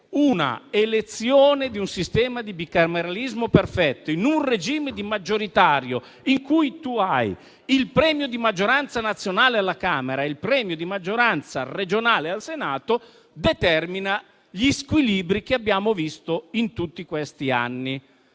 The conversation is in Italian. l'elezione di un sistema di bicameralismo perfetto in un regime di maggioritario, che presenta il premio di maggioranza nazionale alla Camera e il premio di maggioranza regionale al Senato, determina gli squilibri che abbiamo visto in tutti questi anni,